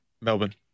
Melbourne